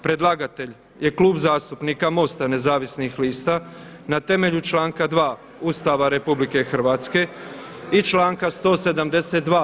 Predlagatelj je Klub zastupnika MOST-a Nezavisnih lista na temelju članka 2. Ustava RH i članka 172.